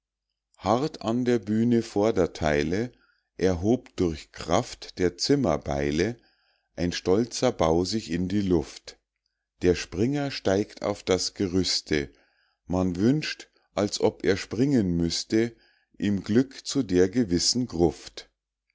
hart an der bühne vordertheile erhob durch kraft der zimmerbeile ein stolzer bau sich in die luft der springer steigt auf das gerüste man wünscht als ob er springen müßte ihm glück zu der gewissen gruft